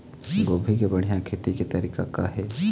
गोभी के बढ़िया खेती के तरीका का हे?